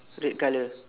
red colour